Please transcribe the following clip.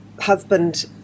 husband